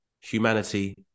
humanity